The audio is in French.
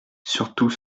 surtout